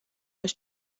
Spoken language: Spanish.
los